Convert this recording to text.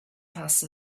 passed